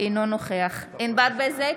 אינו נוכח ענבר בזק,